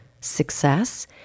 success